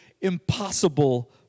impossible